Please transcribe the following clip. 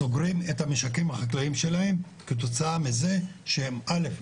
סוגרים את המשקים החקלאיים שלהם כתוצאה מזה שדבר ראשון,